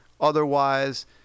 otherwise